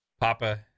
Papa